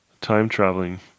time-traveling